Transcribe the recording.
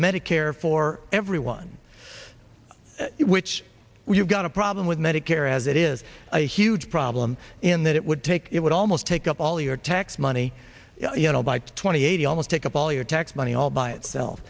medicare for everyone which we have got a problem with medicare as it is a huge problem in that it would take it would almost take up all your tax money you know by twenty eight almost take up all your tax money all by itself